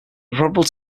probable